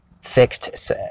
fixed